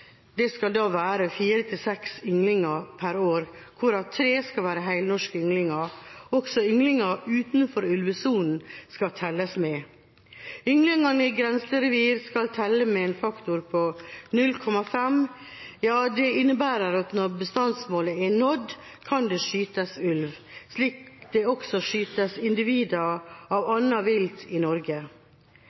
nevnt, skal bestandsmålet for ulv i Norge være fire–seks ynglinger per år, hvorav tre skal være helnorske ynglinger. Også ynglinger utenfor ulvesonen skal telles med. Ynglingene i grenserevir skal telle med en faktor på 0,5. Det innebærer at når bestandsmålet er nådd, kan det skytes ulv, slik det også skytes individer av annet vilt i Norge.